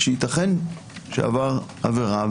שייתכן שעבר עבירה,